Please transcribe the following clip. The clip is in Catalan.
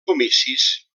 comicis